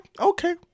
okay